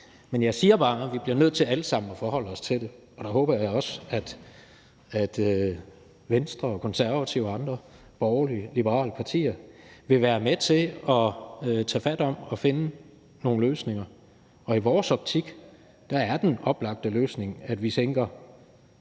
Men jeg siger bare, at vi alle sammen bliver nødt til at forholde os til det, og der håber jeg også, at Venstre og Konservative og andre borgerlig-liberale partier vil være med til at tage fat om at finde nogle løsninger. Og i vores optik er den oplagte løsning, at man sænker